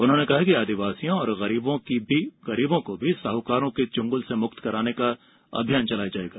उन्होंने कहा कि आदिवासियों और गरीबों को भी साहूकारों के चंगुल से मुक्त कराने का अभियान चलाया जाएगा